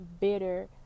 bitter